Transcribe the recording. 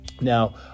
Now